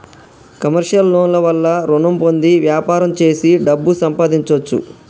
commercial loan ల వల్ల రుణం పొంది వ్యాపారం చేసి డబ్బు సంపాదించొచ్చు